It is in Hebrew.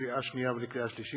לקריאה שנייה ולקריאה שלישית,